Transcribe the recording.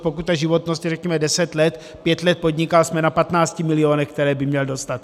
Pokud ta životnost je, řekněme, deset let, pět let podniká, jsme na 15 milionech, které by měl dostat.